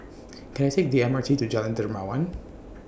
Can I Take The M R T to Jalan Dermawan